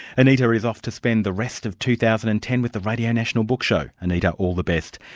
anita is off to spend the rest of two thousand and ten with the radio national book show. anita, all the best.